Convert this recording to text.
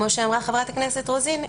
כמו שאמרה חברת הכנסת רוזין,